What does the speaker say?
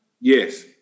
Yes